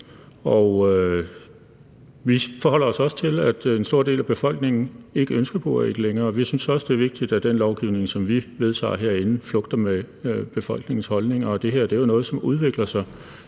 Vi forholder os også til, at en stor del af befolkningen ikke ønsker buræg længere, og vi synes også, det er vigtigt, at den lovgivning, som vi vedtager herinde, flugter med befolkningens holdning. Og det her er jo noget, som udvikler sig.